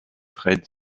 fred